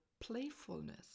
playfulness